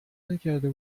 نکرده